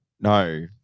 No